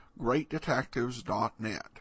GreatDetectives.net